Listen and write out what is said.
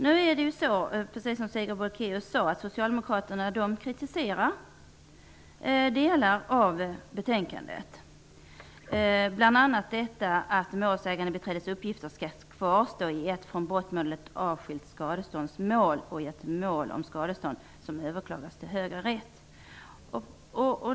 Som Sigrid Bolkéus sade kritiserar Socialdemokraterna delar av betänkandet. De kritiserar bl.a. att målsägandebiträdets uppgifter skall kvarstå i ett från brottmålet avskilt skadeståndsmål och i ett mål om skadestånd som överklagas till högre rätt.